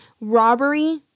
robbery